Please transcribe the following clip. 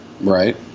right